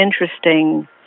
interesting